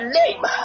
name